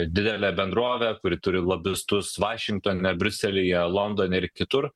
didelę bendrovę kuri turi lobistus vašingtone briuselyje londone ir kitur